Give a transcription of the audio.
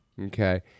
okay